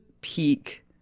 peak